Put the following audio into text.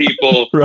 people